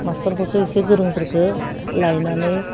मास्टरफोरखौ एसे गोरोंफोरखौ लायनानै